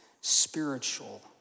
spiritual